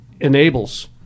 enables